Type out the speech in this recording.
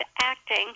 acting